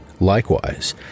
likewise